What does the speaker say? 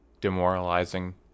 demoralizing